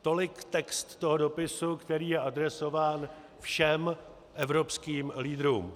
Tolik text toho dopisu, který je adresován všem evropským lídrům.